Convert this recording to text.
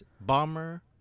bomber